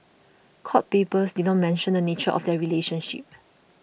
court papers did not mention the nature of their relationship